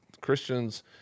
Christians